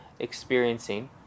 experiencing